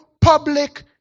public